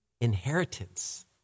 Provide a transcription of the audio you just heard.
inheritance